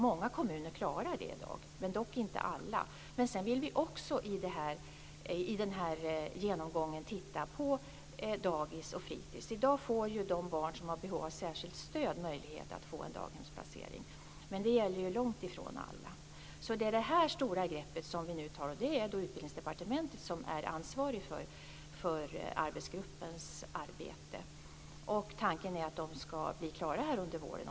Många kommuner klarar det i dag, dock inte alla. Vi vill också i den här genomgången titta på dagis och fritis. I dag har de barn som har behov av särskilt stöd möjlighet att få en daghemsplacering, men det gäller långtifrån alla. I det här stora greppet är det Utbildningsdepartementet som är ansvarigt för arbetsgruppens arbete. Tanken är att de ska bli klara under våren.